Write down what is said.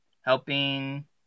helping